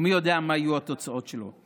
ומי יודע מה יהיו התוצאות שלו.